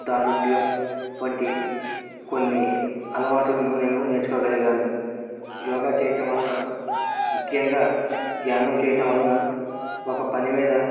దారుఢ్యం వంటి కొన్ని అలవాటులను నేను నేర్చుకోగలిగాను యోగా చేయటం వలన ముఖ్యంగా ధ్యానం చేయడం వలన ఒక పని మీద